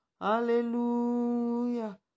Hallelujah